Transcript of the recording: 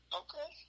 okay